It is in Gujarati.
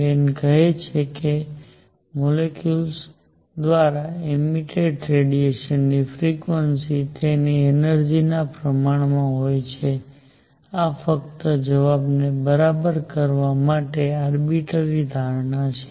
વેન કહે છે કે મોલેક્યુલ્સ દ્વારા એમિટેડ રેડિયેશનની ફ્રિક્વન્સી તેની એનર્જી ના પ્રમાણમાં હોય છે આ ફક્ત જવાબને બરાબર કરવા માટે આરબીટ્ટરી ધારણા છે